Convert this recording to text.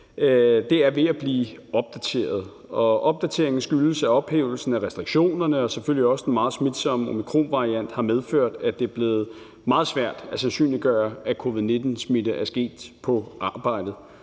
den er ved at blive opdateret. Opdateringen skyldes ophævelsen af restriktionerne og selvfølgelig også, at den meget smitsomme omikronvariant har medført, at det er blevet meget svært at sandsynliggøre, at covid-19-smitte er sket på arbejdet.